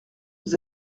vous